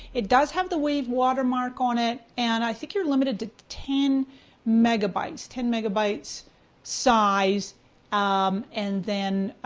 it does have the wave watermark on it and i think you're limited to ten megabytes, ten megabytes size um and then